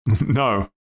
No